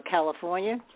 California